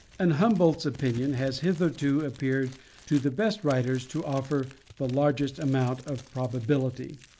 and humboldt's opinion has hitherto appeared to the best writers to offer the largest amount of probability.